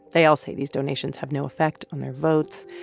they all say these donations have no effect on their votes.